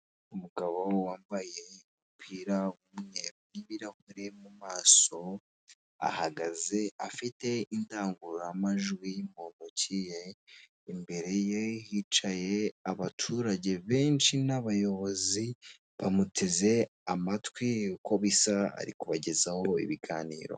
Umugabo wambaye umupira w'umweru n'ibirahure mu maso, ahagaze afite indangururamajwi mu ntoki ye, imbere ye hicaye abaturage benshi n'abayobozi bamuteze amatwi, uko bisa ari kubagezaho ibiganiro.